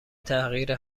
تحقیر